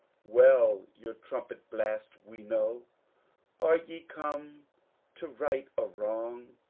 well joor trumpet-blast we know are je come to right a wrong?